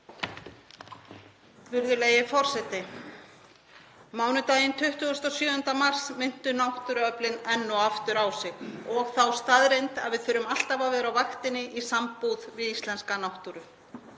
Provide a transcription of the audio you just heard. Virðulegi forseti. Mánudaginn 27. mars minntu náttúruöflin enn og aftur á sig og þá staðreynd að við þurfum alltaf að vera á vaktinni í sambúð við íslenska náttúru.